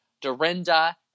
Dorinda